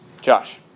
Josh